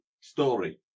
story